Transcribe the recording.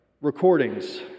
recordings